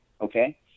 okay